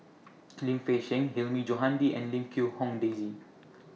Lim Fei Shen Hilmi Johandi and Lim Quee Hong Daisy